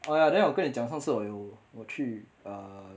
oh right then 上次我有跟你讲我有我去 err